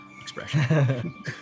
expression